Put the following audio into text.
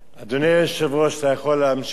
אתה יכול להמשיך לשים את הכיפה על הראש,